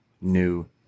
new